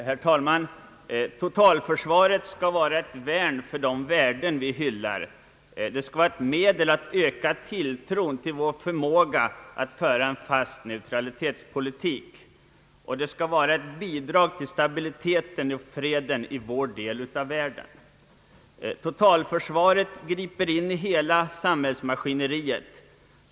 Herr talman! Totalförsvaret skall vara ett värn för de värden vi hyllar. Det skall vara ett medel att öka tilltron till vår förmåga att föra en fast neutralitetspolitik. Och det skall vara ett bidrag till stabiliteten och freden i vår del av världen. Totalförsvaret griper in i hela samhällsmaskineriet.